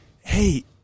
hey